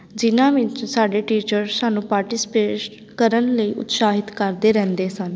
ਜਿਨ੍ਹਾਂ ਵਿੱਚ ਸਾਡੇ ਟੀਚਰ ਸਾਨੂੰ ਪਾਰਟੀਸਪੇਸਟ ਕਰਨ ਲਈ ਉਤਸ਼ਾਹਿਤ ਕਰਦੇ ਰਹਿੰਦੇ ਸਨ